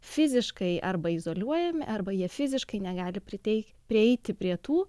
fiziškai arba izoliuojami arba jie fiziškai negali pritei prieiti prie tų